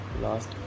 lost